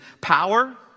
power